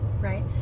Right